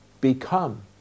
become